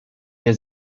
wir